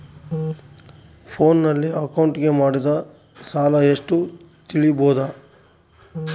ಫೋನಿನಲ್ಲಿ ಅಕೌಂಟಿಗೆ ಮಾಡಿದ ಸಾಲ ಎಷ್ಟು ತಿಳೇಬೋದ?